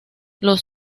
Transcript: los